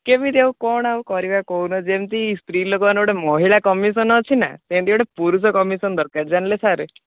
କେମିତି ଆଉ କ'ଣ ଆଉ କରିବା କହୁନ ଯେମିତି ସ୍ତ୍ରୀଲୋକମାନେ ଗୋଟେ ଯେମିତି ମହିଳା କମିସନ୍ ଅଛି ନା ସେମିତି ଗୋଟେ ପୁରୁଷ କମିସନ୍ ଦରକାର ଜାଣିଲେ ସାର୍